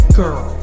girl